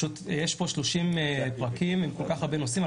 יש 30 פרקים עם כל כך הרבה נושאים,